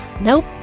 Nope